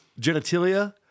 genitalia